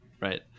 Right